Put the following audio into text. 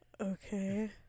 Okay